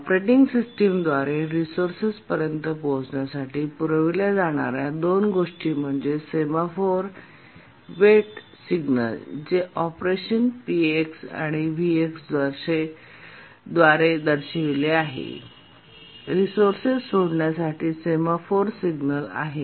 operating system द्वारे रिसोर्सेसपर्यंत पोहचण्यासाठी पुरविल्या जाणार्या दोन गोष्टी म्हणजे सेमफोर वेट आणि सिग्नल जे ऑपरेशन P आणि Vद्वारे दर्शविलेले आहे आणि रिसोर्सेस सोडण्यासाठी सेमफोर सिग्नल आहे